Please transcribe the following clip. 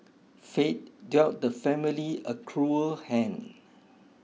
fate dealt the family a cruel hand